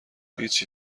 هیچی